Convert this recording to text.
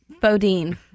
Bodine